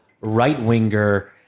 right-winger